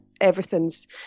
everything's